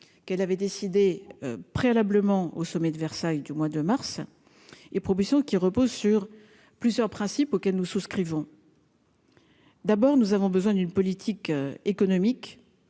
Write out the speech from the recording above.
qu'elle avait décidé préalablement au sommet de Versailles du mois de mars et professions qui repose sur plusieurs principes auxquels nous souscrivons. D'abord, nous avons besoin d'une politique économique